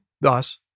thus